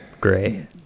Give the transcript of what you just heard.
gray